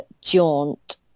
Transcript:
Jaunt